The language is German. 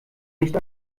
nicht